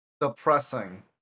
depressing